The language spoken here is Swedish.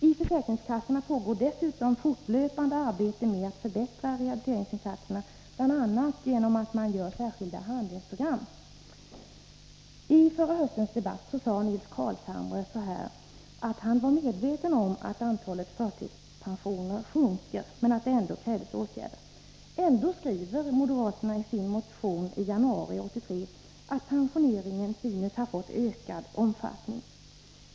I försäkringskassorna pågår dessutom fortlöpande arbete med att förbättra rehabiliteringsinsatserna, bl.a. genom att man gör särskilda handlingsprogram. I förra höstens debatt sade Nils Carlshamre att han var medveten om att antalet förtidspensioner sjunker, men att det ändå krävs åtgärder. Trots detta skriver moderaterna i sin motion i januari 1983 att pensioneringen synes ha fått ökad omfattning.